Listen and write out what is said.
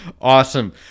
Awesome